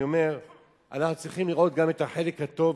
אני אומר שאנחנו צריכים לראות גם את החלק הטוב,